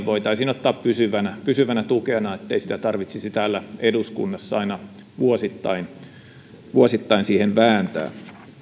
voitaisiin ottaa pysyvänä pysyvänä tukena ettei sitä tarvitsisi täällä eduskunnassa aina vuosittain vuosittain siihen vääntää